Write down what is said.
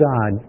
God